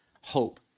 hope